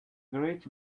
great